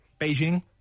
Beijing